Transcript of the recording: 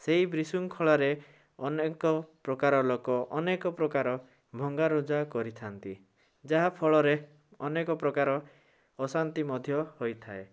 ସେଇ ବିଶୃଙ୍ଖଳାରେ ଅନେକ ପ୍ରକାର ଲୋକ ଅନେକ ପ୍ରକାର ଭଙ୍ଗାରୁଜା କରିଥାନ୍ତି ଯାହାଫଳରେ ଅନେକ ପ୍ରକାର ଅଶାନ୍ତି ମଧ୍ୟ ହୋଇଥାଏ